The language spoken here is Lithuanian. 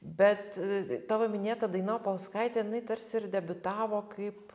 bet tavo minėta daina opolskaitė tarsi ir debiutavo kaip